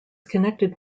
connected